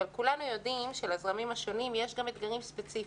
אבל כולנו יודעים שלזרמים השונים יש גם אתגרים ספציפיים,